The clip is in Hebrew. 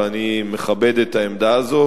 ואני מכבד את העמדה הזאת,